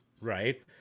right